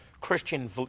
Christian